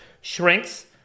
shrinks